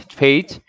page